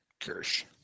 Kirsch